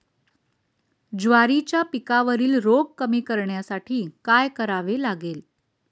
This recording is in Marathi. ज्वारीच्या पिकावरील रोग कमी करण्यासाठी काय करावे लागेल?